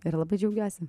ir labai džiaugiuosi